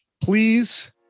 please